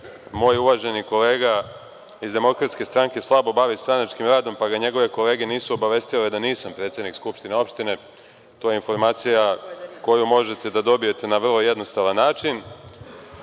moj uvaženi kolega iz DS slabo bavi stranačkim radom, pa ga njegove kolege nisu obavestile da nisam predsednik Skupštine opštine. To je informaciju koju možete da dobijete na vrlo jednostavan način. Neću